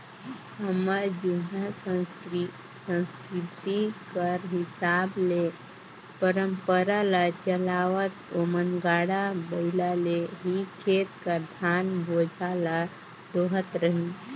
हमर जुनहा संसकिरती कर हिसाब ले परंपरा ल चलावत ओमन गाड़ा बइला ले ही खेत कर धान बोझा ल डोहत रहिन